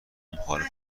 مخالف